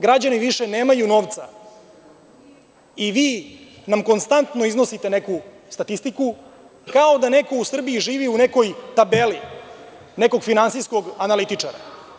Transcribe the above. Građani više nemaju novca i vi nam konstantno iznosite neku statistiku, kao da neko u Srbiji živi u nekoj tabeli nekog finansijskog analitičara.